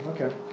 Okay